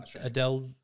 Adele